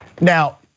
Now